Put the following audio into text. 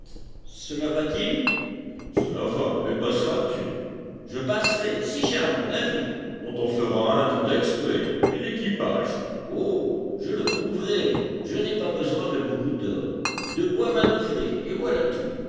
cela va-t-il cela va mais passeras tu je passerai si j'ai un bon navire on t'en fera un tout exprès mais l'équipage oh je le trouverai je n'ai pas besoin de beaucoup d'hommes de quoi manœuvrer et voilà tout